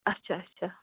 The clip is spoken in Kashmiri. اَچھا اَچھا